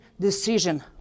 decision